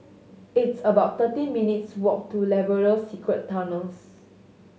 it's about thirteen minutes' walk to Labrador Secret Tunnels